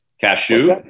Cashew